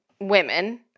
women